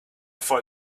for